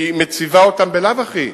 היא מציבה אותם בלאו הכי.